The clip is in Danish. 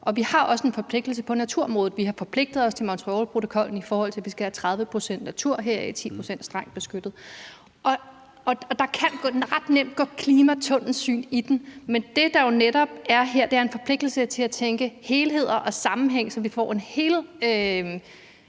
og vi har også en forpligtelse på naturområdet. Vi har forpligtet os til Montrealprotokollen, i forhold til at vi skal have 30 pct. beskyttet natur og heraf 10 pct. strengt beskyttet natur, og der kan ret nemt gå klimatunnelsyn i den. Men det, det jo netop handler om her, er en forpligtelse til at tænke i helheder og i sammenhænge, så vi får en